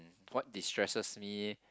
what distresses me